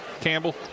Campbell